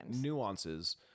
nuances